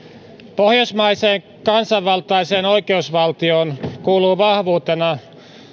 pohjoismaiseen kansanvaltaiseen oikeusvaltioon kuuluu vahvuutena